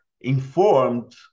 informed